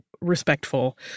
respectful